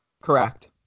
Correct